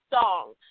song